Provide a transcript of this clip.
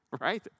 Right